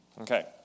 Okay